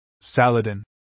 Saladin